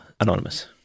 anonymous